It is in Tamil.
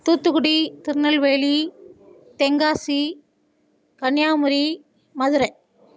தூத்துக்குடி திருநெல்வேலி தென்காசி கன்னியாகுமரி மதுரை